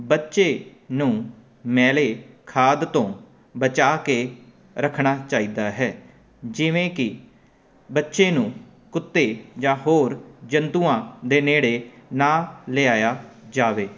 ਬੱਚੇ ਨੂੰ ਮੈਲੇ ਖਾਦ ਤੋਂ ਬਚਾ ਕੇ ਰੱਖਣਾ ਚਾਹੀਦਾ ਹੈ ਜਿਵੇਂ ਕਿ ਬੱਚੇ ਨੂੰ ਕੁੱਤੇ ਜਾਂ ਹੋਰ ਜੰਤੂਆਂ ਦੇ ਨੇੜੇ ਨਾ ਲਿਆਇਆ ਜਾਵੇ